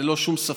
ללא שום ספק,